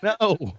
No